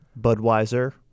Budweiser